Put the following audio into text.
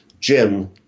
Jim